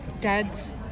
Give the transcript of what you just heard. dad's